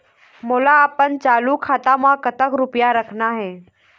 मोला अपन चालू खाता म कतक रूपया रखना हे?